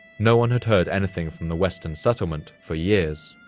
no one had heard anything from the western settlement for years.